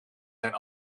zijn